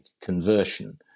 conversion